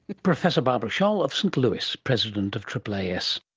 professor barbara schaal of st louis, president of aaas